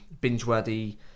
Binge-worthy